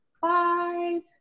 five